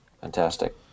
Fantastic